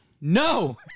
no